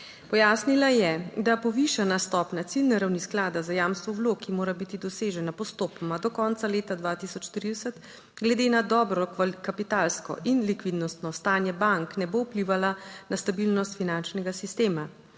Pojasnila je, da povišana stopnja ciljne ravni Sklada za jamstvo vlog, ki mora biti dosežena postopoma do konca leta 2030 glede na dobro kapitalsko in likvidnostno stanje bank ne bo vplivala na stabilnost finančnega sistema.